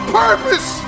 purpose